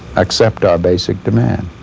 accept our basic demand.